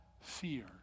fear